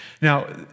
Now